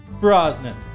Brosnan